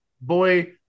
Boy